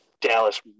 Dallas